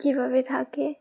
কীভাবে থাকে